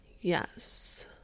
Yes